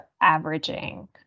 averaging